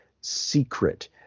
secret